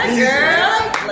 girl